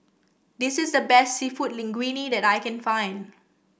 this is the best seafood Linguine that I can find